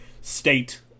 state